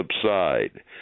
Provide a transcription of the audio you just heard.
subside